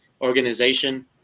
organization